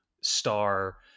star